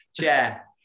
chair